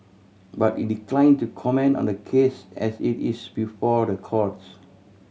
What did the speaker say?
but it declined to comment on the case as it is before the courts